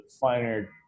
finer